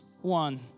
One